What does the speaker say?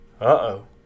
uh-oh